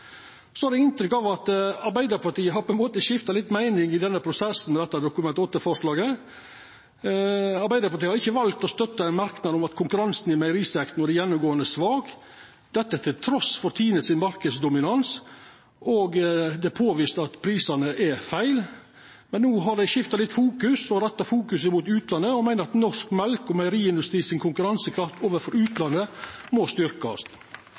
Så har eg inntrykk av at Arbeidarpartiet har skifta litt meining i prosessen etter Dokument 8-forslaget. Arbeidarpartiet har ikkje valt å støtta ein merknad om at konkurransen i meierisektoren er gjennomgåande svak, trass i Tine sin marknadsdominans, og at det er påvist at prisane er feil. Men no har dei skifta litt fokus og retta fokus mot utlandet, og meiner at norsk mjølke- og meieriindustri si konkurransekraft overfor utlandet må